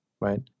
right